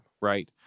right